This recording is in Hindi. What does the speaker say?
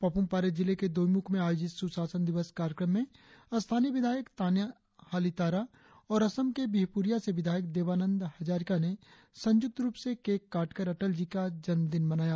पाप्मपारे जिले के दोईमुख में आयोजित सुशासन दिवस कार्यक्रम में स्थानीय विधायक ताना हालि तारा और असम के बिहपुरिया से विधायक देबानंद हजारिका ने संयुक्त रुप से केक काटकर अटल जी का जन्म दिन मनाया